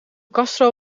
castro